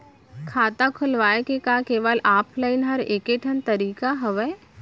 खाता खोलवाय के का केवल ऑफलाइन हर ऐकेठन तरीका हवय?